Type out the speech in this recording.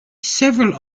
several